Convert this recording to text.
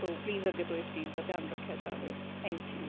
ਤੋ ਪਲੀਜ਼ ਅੱਗੇ ਤੋਂ ਇਸ ਚੀਜ਼ ਦਾ ਧਿਆਨ ਰੱਖਿਆ ਜਾਵੇ ਥੈਂਕ ਯੂ